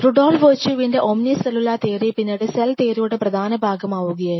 Rudolf വെർച്യുവീൻറെ ഓമ്നി സെല്ലുലാ തിയറി പിന്നീട് സെൽ തിയറിയുടെ പ്രധാന ഭാഗമാവുകയായിരുന്നു